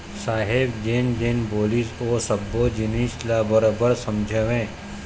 साहेब जेन जेन बोलिस ओ सब्बो जिनिस ल बरोबर समझेंव